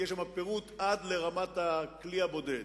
יש גם לך רבע שעה, אדוני.